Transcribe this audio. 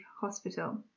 hospital